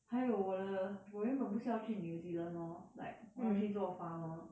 还有我的我原本不是要去 new zealand lor like 我要去做 farmer